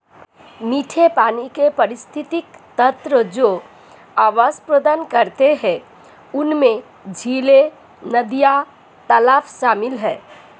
मीठे पानी के पारिस्थितिक तंत्र जो आवास प्रदान करते हैं उनमें झीलें, नदियाँ, तालाब शामिल हैं